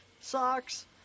socks